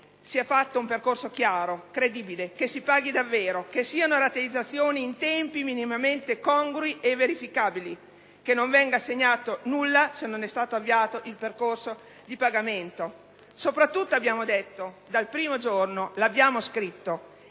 Sia definito un percorso chiaro, credibile, che si paghi davvero, che siano rateizzazioni in tempi minimamente congrui e verificabili, che non venga assegnato nulla se non è stato avviato il percorso di pagamento. Soprattutto, abbiamo detto dal primo giorno, mettendolo per iscritto,